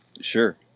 Sure